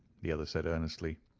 the other said earnestly.